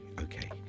okay